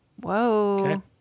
Whoa